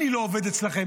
אני לא עובד אצלכם,